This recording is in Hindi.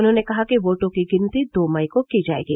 उन्होंने कहा कि वोटों की गिनती दो मई को की जाएगी